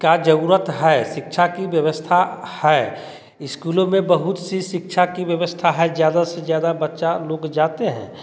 का जरूरत है शिक्षा की व्यवस्था है स्कूलों में बहुत सी शिक्षा की व्यवस्था है ज़्यादा से ज़्यादा बच्चा लोग जाते हैं